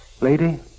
Lady